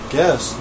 Guess